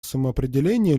самоопределение